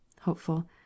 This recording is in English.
Hopeful